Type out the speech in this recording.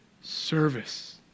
service